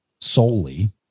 solely